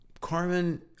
Carmen